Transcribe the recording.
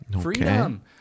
Freedom